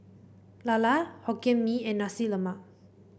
lala Hokkien Mee and Nasi Lemak